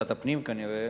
כנראה